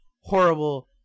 horrible